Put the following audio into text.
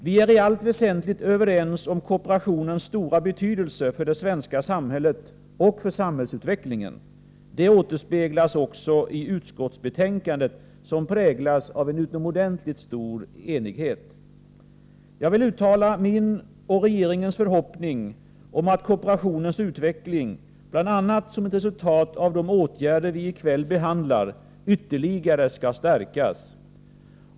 Vi är i allt väsentligt överens om kooperationens stora betydelse för det svenska samhället och för samhällsutvecklingen. Det återspeglas också i utskottsbetänkandet, som präglas av en utomordentligt stor enighet. Jag vill uttala min och regeringens förhoppning om att kooperationens utveckling, bl.a. som ett resultat av de åtgärder vi i kväll behandlar, ytterliga:e skall stärkas.